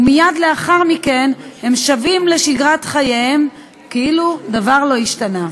ומייד לאחר מכן הם שבים לשגרת חייהם כאילו דבר לא השתנה.